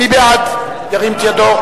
מי בעד, ירים את ידו.